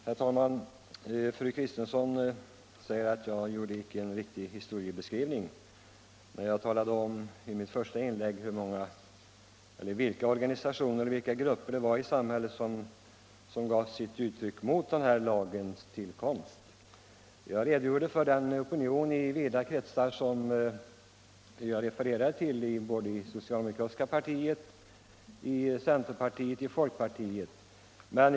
Herr talman! Fru Kristensson säger att jag icke gjorde en riktig historieskrivning när jag i mitt första inlägg talade om vilka organisationer och grupper i samhället som uttryckte sitt ställningstagande mot terroristlagens tillkomst. Jag redogjorde för den opinion som rådde i vida 23 kretsar av det socialdemokratiska partiet, centerpartiet och folkpartiet.